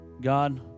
God